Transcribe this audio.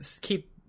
keep